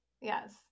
Yes